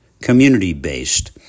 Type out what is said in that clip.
community-based